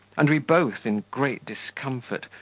and we both, in great discomfort,